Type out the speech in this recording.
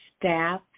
staff